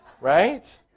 right